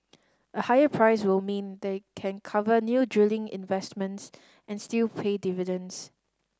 a higher price will mean they can cover new drilling investments and still pay dividends